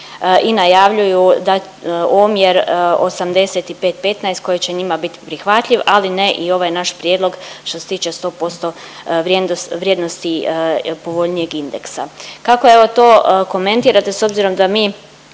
i najavljuju da omjer 85:15 koji će njima biti prihvatljiv, ali ne i ovaj naš prijedlog što se tiče sto posto vrijednosti povoljnijeg indeksa. Kako evo to komentirate s obzirom da mi